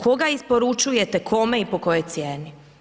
Koga isporučujete, kome i po kojoj cijeni?